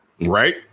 Right